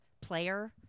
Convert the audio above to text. player